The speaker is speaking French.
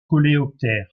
coléoptères